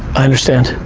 understand,